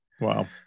Wow